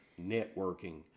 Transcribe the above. networking